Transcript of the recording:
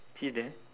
she's there